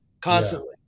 constantly